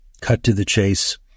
cut-to-the-chase